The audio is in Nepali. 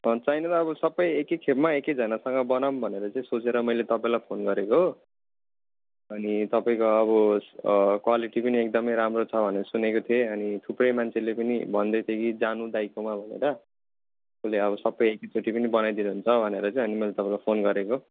धन छैन बाबु सबै एकैखेपमा एकैजनासँग बनाऊँ भनेर चाहिँ सोचेर मैले तपाईँलाई फोन गरेको हो अनि तपाईँको अब क्वालिटी पनि एकदमै राम्रो छ भनेको सुनेको थिएँ अनि थुप्रै मान्छेले पनि भन्दैथ्यो कि जानु दाइकोमा भनेर उसले अब सबै एकैचोटि पनि बनाइदिनु हुन्छ भनेर चाहिँ अनि मैले तपाईँलाई फोन गरेको